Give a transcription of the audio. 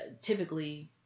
Typically